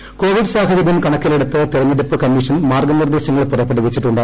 covid സാഹചര്യം കണക്കിലെടുത്ത് തിരഞ്ഞെടുപ്പ് കമ്മീഷൻ മാർഗ്ഗനിർദ്ദേശങ്ങൾ പുറപ്പെടുവിച്ചിട്ടുണ്ട്